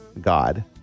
God